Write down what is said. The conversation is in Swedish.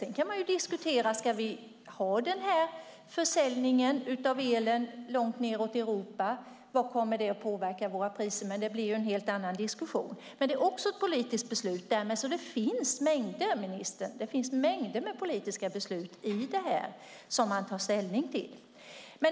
Sedan kan man diskutera om vi ska ha försäljning av el långt ned i Europa. Hur kommer det att påverka våra priser? Det blir ju en helt annan diskussion, men det är också ett politiskt beslut. Det finns, ministern, mängder av politiska beslut att ta ställning till här.